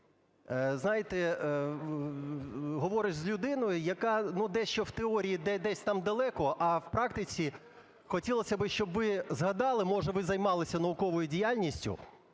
знаєте, говориш з людиною, яка, ну, дещо в теорії десь там далеко, а в практиці хотілось би, щоб ви згадали, може ви займалися науковою діяльністю.